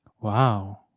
Wow